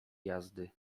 jazdy